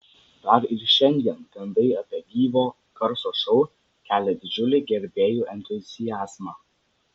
dar ir šiandien gandai apie gyvo garso šou kelia didžiulį gerbėjų entuziazmą